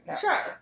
Sure